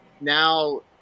now